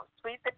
Sweet